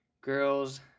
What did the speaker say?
Girls